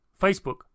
Facebook